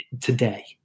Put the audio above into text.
today